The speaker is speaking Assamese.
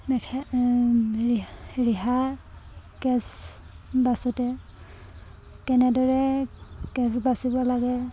মেখে ৰি ৰিহা কেঁচ বাছোঁতে কেনেদৰে কেঁচ বাছিব লাগে